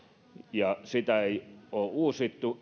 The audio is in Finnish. ja sitä ei ole uusittu